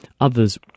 others